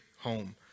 home